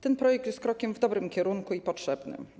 Ten projekt jest krokiem w dobrym kierunku i potrzebnym.